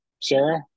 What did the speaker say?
Sarah